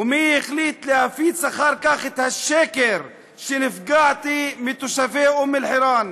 ומי החליט להפיץ אחר כך את השקר שנפגעתי מתושבי אום-אלחיראן?